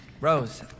Rose